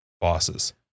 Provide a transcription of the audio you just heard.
bosses